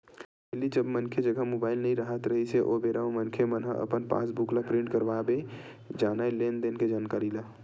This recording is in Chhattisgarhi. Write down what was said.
पहिली जब मनखे जघा मुबाइल नइ राहत रिहिस हे ओ बेरा म मनखे मन ह अपन पास बुक ल प्रिंट करवाबे जानय लेन देन के जानकारी ला